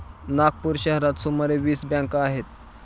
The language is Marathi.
नागपूर शहरात सुमारे वीस बँका आहेत